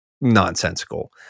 nonsensical